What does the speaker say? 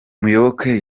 muyoboke